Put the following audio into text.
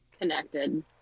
connected